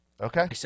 Okay